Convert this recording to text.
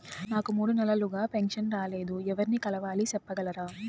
నాకు మూడు నెలలుగా పెన్షన్ రాలేదు ఎవర్ని కలవాలి సెప్పగలరా?